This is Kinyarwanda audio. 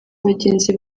bagenzi